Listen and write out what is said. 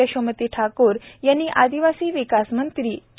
यशोमती ठाकूर यांनी आदिवासी विकास मंत्री के